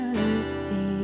mercy